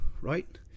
right